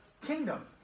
kingdom